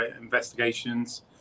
investigations